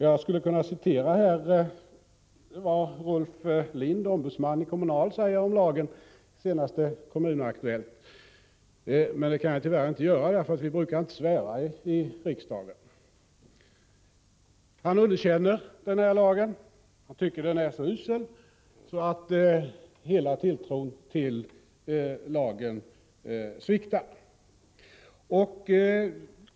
Jag skulle här vilja citera vad Rolf Lindh, ombudsman i Kommunalarbetareförbundet, säger om lagen i senaste numret av Kommun Aktuellt, men det kan jag tyvärr inte göra, eftersom vi inte brukar svära i riksdagen. Han underkänner lagen och tycker att den är så usel att hela tilltron till lagen sviktar.